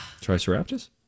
Triceratops